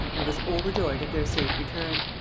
and was overjoyed at their safe return.